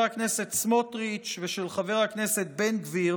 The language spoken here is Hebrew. הכנסת סמוטריץ' ושל חבר הכנסת בן גביר